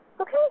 Okay